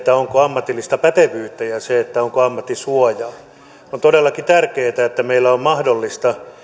onko ammatillista pätevyyttä ja sen onko ammattisuojaa on todellakin tärkeätä että meillä on on mahdollista